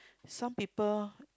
some people